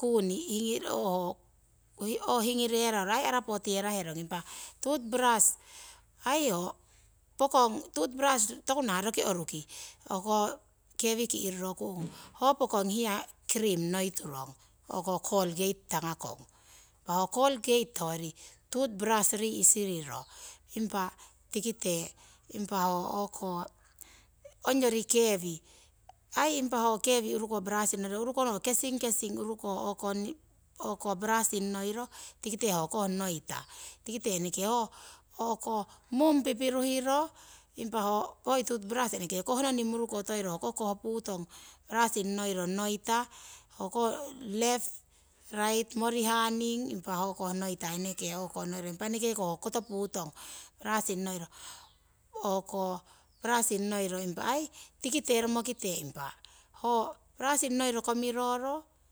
kuni ai hingireraro ai arapoteyeraherong. Impa toothbrush aii ho pokong toothbrush tokunah roki oruki kewi ki'rorokung ho pokong cream noi turong ho o'ko colgate tangamong. Impa ho colgate hoyori toothbrush rii' siriro, impa tikite impa ho o'ko ongyori kewi aii impa ho kewi urukoh brushing ngoihetong, urukoh ho kesing, kesing o'ko brushing, tikite ho koh noita, ikite ho mung pipiruhiro, impa ho hoi toothbrush kohnoning muruko toiro hoko koh putong brushing noiro noita, ho koh left right, morihanning impa ho koh noita eneke o'konoiro impa enekeko ho koto putong brushing noiro o'ko brushing noiro, impa aii tikite romokite ho brushing noiro komiroro